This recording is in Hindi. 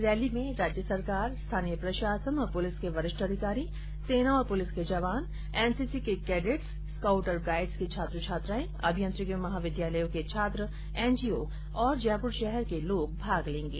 रैली में राज्य सरकार स्थानीय प्रशासन और पुलिस के वरिष्ठ अधिकारी सेना और पुलिस के जवान एनसीसी के कैड़िटस स्काउट और गाईड़स के छात्र छात्राएं अभियांत्रिकी महाविद्यालयों के छात्र एन जीओ और जयपुर शहर के आमजन भाग लेंगे